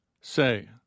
say